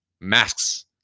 masks